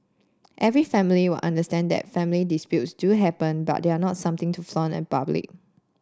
every family will understand that family disputes do happen but they are not something to flaunt in public